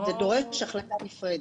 זה דורש החלטה נפרדת.